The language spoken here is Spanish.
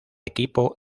equipo